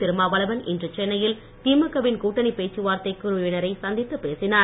திருமாவளவன் இன்று சென்னையில் திமுக வின் கூட்டணிப் பேச்சுவார்த்தைக் குழுவினரை சந்தித்துப் பேசினார்